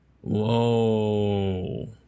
Whoa